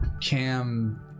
Cam